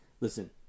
listen